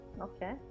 Okay